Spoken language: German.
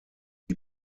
die